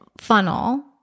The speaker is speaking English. funnel